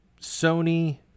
Sony